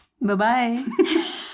Bye-bye